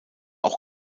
auch